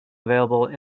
available